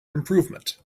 improvement